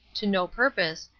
to no purpose,